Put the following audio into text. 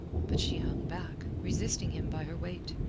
but she hung back, resisting him by her weight.